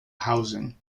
housing